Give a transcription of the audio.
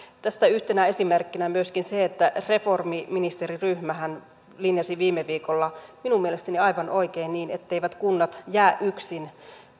tästä yhtenä esimerkkinä on myöskin se että reformiministeriryhmähän linjasi viime viikolla minun mielestäni aivan oikein etteivät kunnat jää yksin